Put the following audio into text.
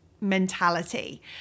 mentality